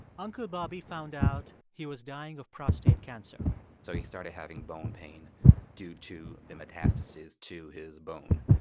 uncle bobby found out he was dying of prostate cancer so he started having bone pain due to the metastases to his bone,